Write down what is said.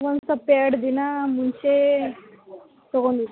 ಒಂದು ಸೊಲ್ಪ ಎರಡು ದಿನ ಮುಂಚೆ ತಗೊಂಡಿದ್ದೀವಿ